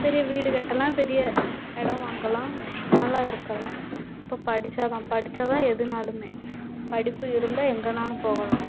பெரிய வீடு கட்டலாம் பெரிய இடம் வாங்கலாம் நல்லா இருக்கலாம் இப்போ படித்தாதான் படித்தாதான் எதுனாலுமே படிப்பு இருந்தால் எங்கேனாலும் போகலாம்